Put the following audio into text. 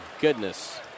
goodness